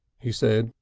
he said,